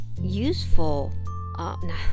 useful